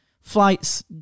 flights